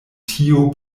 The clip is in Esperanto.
tio